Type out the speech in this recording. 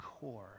core